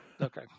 Okay